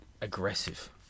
aggressive